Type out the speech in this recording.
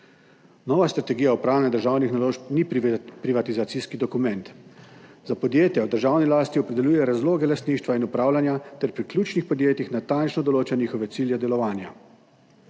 Nova strategija upravljanja državnih naložb ni privatizacijski dokument. Za podjetja v državni lasti opredeljuje razloge lastništva in upravljanja ter pri ključnih podjetjih natančno določa njihove cilje delovanja.